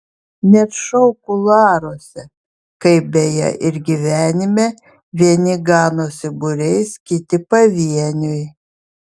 net šou kuluaruose kaip beje ir gyvenime vieni ganosi būriais kiti pavieniui